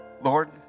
Lord